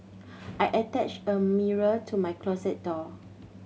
I attached a mirror to my closet door